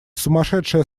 сумасшедшая